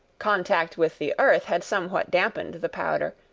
contact with the earth had somewhat dampened the powder,